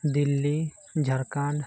Delhi Jharkhand